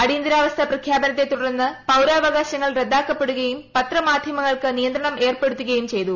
അടിയന്തരാവസ്ഥാ പ്രഖ്യാപനത്തെ തുടർന്ന് പൌരാവകാശങ്ങൾ റദ്ദാക്കപ്പെടുകയും പത്ര മാധ്യമങ്ങൾക്ക് നിയന്ത്രണം ഏർപ്പെടുത്തുകയും ചെയ്തു